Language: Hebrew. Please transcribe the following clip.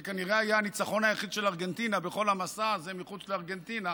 זה כנראה היה הניצחון היחיד של ארגנטינה בכל המסע הזה מחוץ לארגנטינה,